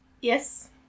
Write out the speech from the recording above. Yes